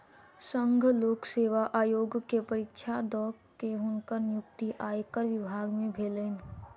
संघ लोक सेवा आयोग के परीक्षा दअ के हुनकर नियुक्ति आयकर विभाग में भेलैन